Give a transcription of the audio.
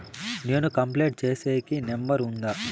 నేను కంప్లైంట్ సేసేకి నెంబర్ ఉందా?